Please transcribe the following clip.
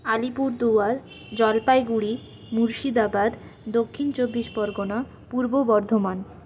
আলিপুরদুয়ার জলপাইগুড়ি মুর্শিদাবাদ দক্ষিণ চব্বিশ পরগনা পূর্ব বর্ধমান